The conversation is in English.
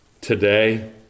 today